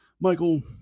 Michael